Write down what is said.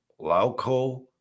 Lauco